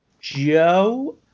Joe